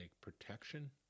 protection